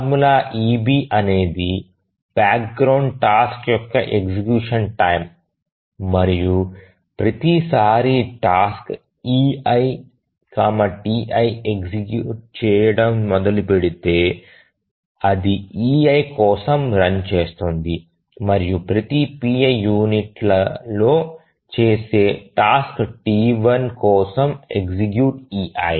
formula eB అనేది background task యొక్క execution time మరియు ప్రతి sorry task ei ti execute చేయడం మొదలుపెడితే అది ei కోసం రన్ చేస్తోంది మరియు ప్రతి pi యూనిట్లలో చేసే టాస్క్ ti కోసం ఎగ్జిక్యూట్ ei